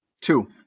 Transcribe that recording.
Two